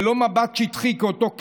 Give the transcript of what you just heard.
ולא מבט שטחי כאותו כלב,